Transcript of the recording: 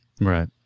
Right